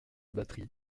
batterie